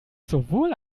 sowohl